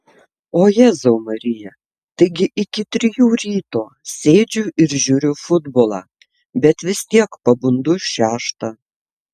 o jėzau marija taigi iki trijų ryto sėdžiu ir žiūriu futbolą bet vis tiek pabundu šeštą